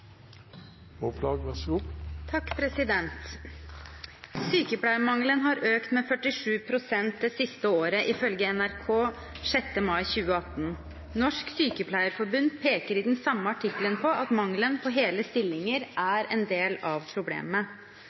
har økt med 47 prosent det siste året, ifølge NRK 6. mai 2018. Norsk Sykepleierforbund peker i den samme artikkelen på at mangelen på hele stillinger er en del av problemet.